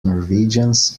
norwegians